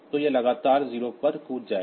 तो यह लगातार 0 पर जंप जाएगा